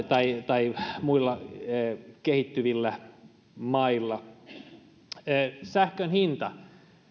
tai tai muilla kehittyvillä mailla sähkön hinta